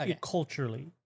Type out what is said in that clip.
Culturally